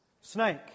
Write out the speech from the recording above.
snake